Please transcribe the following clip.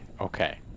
okay